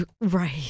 Right